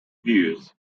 views